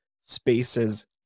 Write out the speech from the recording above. spaces